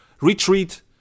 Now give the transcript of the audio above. retreat